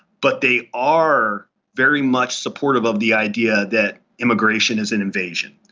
but they are very much supportive of the idea that immigration is an invasion,